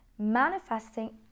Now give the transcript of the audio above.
manifesting